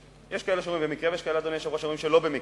יש כאלה שאומרים במקרה ויש כאלה שאומרים שלא במקרה,